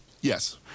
Yes